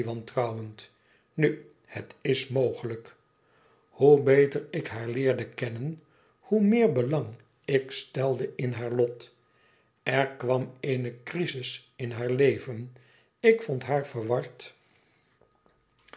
nu het is mogelijk hoe beter ik haar leerde kennen hoe meer belang ik stelde in haar lot er kwam eene crisis in haar leven ik vond haar verward